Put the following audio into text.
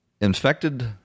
infected